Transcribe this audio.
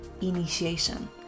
initiation